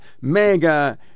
mega